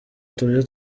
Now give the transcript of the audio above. uturyo